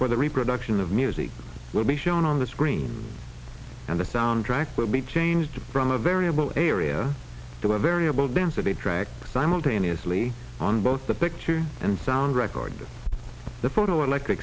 for the reproduction of music will be shown on the screen and the soundtrack will be changed from a variable area to a variable density track simultaneously on both the picture and sound record the photoelectric